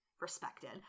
respected